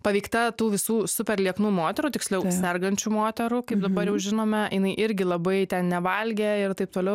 paveikta tų visų super lieknų moterų tiksliau sergančių moterų kaip dabar jau žinome jinai irgi labai ten nevalgė ir taip toliau